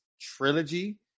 trilogy